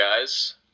guys